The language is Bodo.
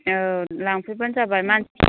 औ लांफैबानो जाबाय मानसि